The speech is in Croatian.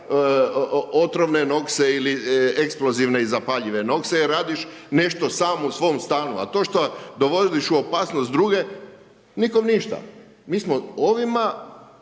otrovne … ili eksplozivne i zapaljive … ako radiš nešto sam u svom stanu. A to što dovodiš u opasnost druge? Nikom ništa? Mi smo ovim